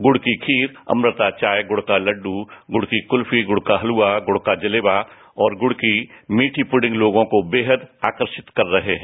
गुड़ की खीर अपृता चाय गुड़ का लड़ू गुड़ की कुल्फी गुड़ का हलवा गुड़ का जलेबा और गुड़ की मीठी पुर्डिंग लोगों को बेहद बेहद आकर्षित कर रहे हैं